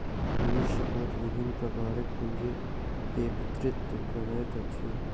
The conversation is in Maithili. मनुष्य बहुत विभिन्न प्रकारक पूंजी एकत्रित करैत अछि